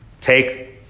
Take